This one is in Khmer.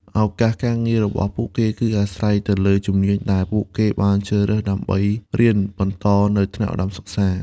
ឱកាសការងាររបស់ពួកគេគឺអាស្រ័យទៅលើជំនាញដែលពួកគេបានជ្រើសរើសដើម្បីរៀនបន្តនៅថ្នាក់ឧត្តមសិក្សា។